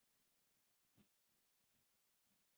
movie and I I don't watch a lot